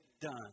done